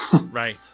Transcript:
Right